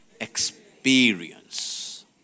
experience